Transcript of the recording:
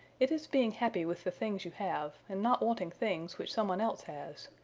it is being happy with the things you have and not wanting things which some one else has.